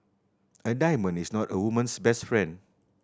a diamond is not a woman's best friend